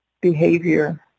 behavior